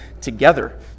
together